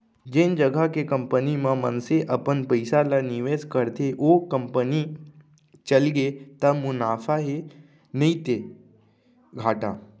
जेन जघा के कंपनी म मनसे अपन पइसा ल निवेस करथे ओ कंपनी चलगे त मुनाफा हे नइते घाटा